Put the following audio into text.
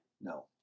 No